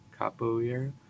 capoeira